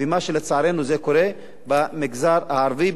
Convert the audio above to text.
מה שלצערנו קורה במגזר הערבי,